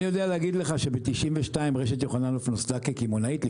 אני יודע להגיד לך שב-92' רשת יוחננוף נוסדה כקמעונאית,